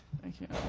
thank you.